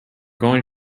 going